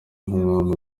nk’umwami